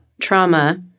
trauma